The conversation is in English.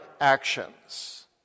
actions